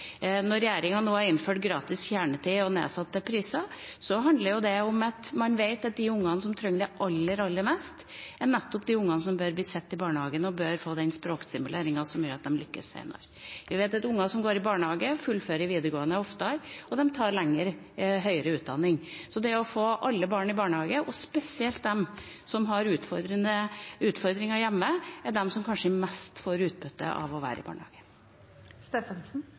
Når regjeringa nå har innført gratis kjernetid og nedsatte priser, handler det om at man vet at de ungene som trenger det aller, aller mest, er nettopp de ungene som bør bli sett i barnehagen, og som bør få den språkstimuleringen som gjør at de lykkes senere. Vi vet at unger som går i barnehage, fullfører videregående oftere, og de tar lengre høyere utdanning. Så det er viktig å få alle barn i barnehage. Spesielt de som har utfordringer hjemme, er de som kanskje får mest utbytte av å være i